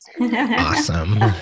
Awesome